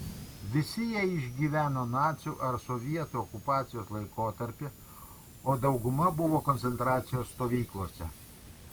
visi jie išgyveno nacių ar sovietų okupacijos laikotarpį o dauguma buvo koncentracijos stovyklose